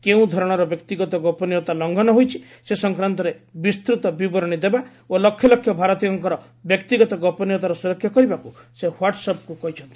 କେଉଁ ଧରଣର ବ୍ୟକ୍ତିଗତ ଗୋପନୀୟତା ଲଙ୍ଘନ ହୋଇଛି ସେ ସଂକ୍ରାନ୍ତରେ ବିସ୍ତୂତ ବିବରଣୀ ଦେବା ଓ ଲକ୍ଷଲକ୍ଷ ଭାରତୀୟଙ୍କର ବ୍ୟକ୍ତିଗତ ଗୋପନୀୟତାର ସ୍ୱରକ୍ଷା କରିବାକୃ ସେ ହ୍ୱାଟ୍ସ ଆପ୍କୁ କହିଛନ୍ତି